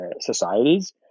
societies